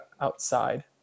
outside